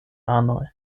anoj